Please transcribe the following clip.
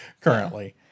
currently